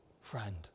friend